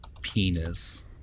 penis